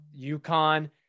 UConn